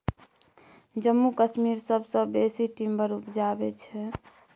जम्मू कश्मीर सबसँ बेसी टिंबर उपजाबै छै